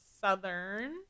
Southern